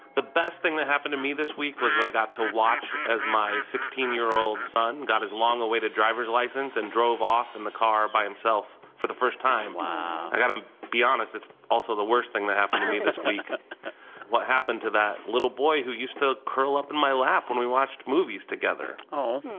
the best thing that happened to me this week was that i got to watch as my sixteen year old son got his long-awaited driver's license and drove off in the car by himself for the first time wow i got to be honest, it's also the worst thing that happened to me this week ah what happened to that little boy who used to curl up in my lap when we watched movies together? hi,